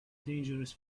dangerous